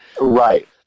right